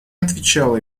отвечала